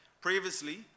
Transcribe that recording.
Previously